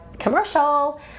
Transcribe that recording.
commercial